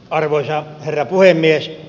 arvoisa herra puhemies